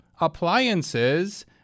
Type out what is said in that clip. appliances